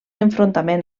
enfrontament